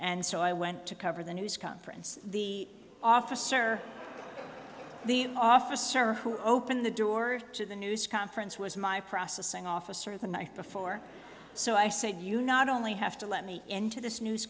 and so i went to cover the news conference the officer the officer who opened the door to the news conference was my processing officer the night before so i said you not only have to let me into this news